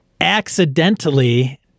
accidentally